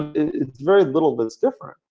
it's very little that's different.